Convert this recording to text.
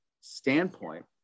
standpoint